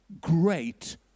great